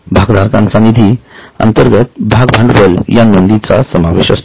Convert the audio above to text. भागधारकांचा निधी अंतर्गत भाग भांडवल या नोंदीचा समावेश असतो